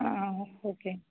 ആ ആ ഓക്കേ